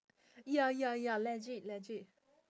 ya ya ya legit legit